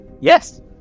Yes